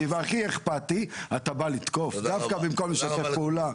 והכי אכפתי אתה בא לתקוף במקום לשתף פעולה?